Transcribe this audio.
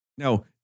Now